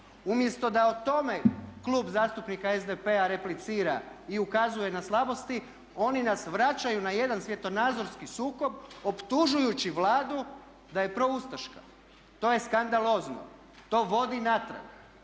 umjesto da o tome Klub zastupnika SDP-a replicira i ukazuje na slabosti oni nas vraćaju na jedan svjetonazorski sukob optužujući Vladu da je proustaška. To je skandalozno, to vodi natrag,